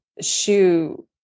shoe